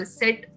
set